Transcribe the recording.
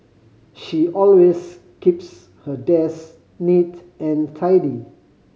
she always keeps her desk neat and tidy